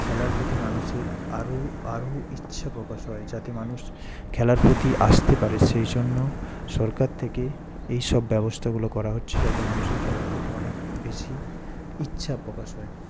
খেলার প্রতি মানুষের আরো আরো ইচ্ছা প্রকাশ হয় যাতে মানুষ খেলার প্রতি আসতে পারে সেই জন্য সরকার থেকে এই সব ব্যবস্থাগুলো করা হচ্ছে যাতে মানুষের খেলার প্রতি অনেক বেশি ইচ্ছা প্রকাশ হয়